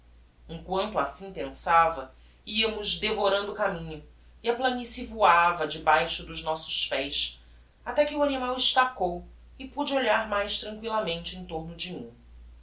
quanto assim pensava iamos devorando caminho e a planicie voava debaixo dos nossos pés até que o animal estacou e pude olhar mais tranquillamente em torno de mim